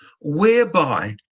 whereby